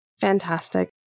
Fantastic